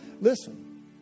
Listen